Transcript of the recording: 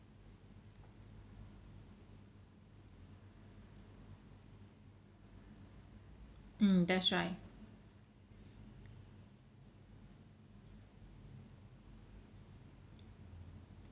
mm that's right